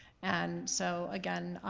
and so, again,